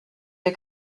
wir